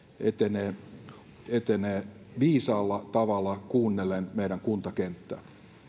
etenee viisaalla tavalla kuunnellen meidän kuntakenttää